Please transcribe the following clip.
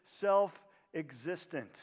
self-existent